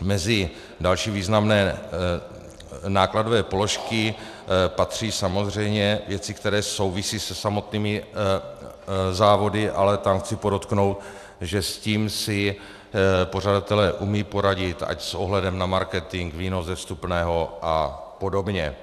Mezi další významné nákladové položky patří samozřejmě věci, které souvisí se samotnými závody, ale tam chci podotknout, že s tím si pořadatelé umí poradit, ať už s ohledem na marketing, výnos ze vstupného a podobně.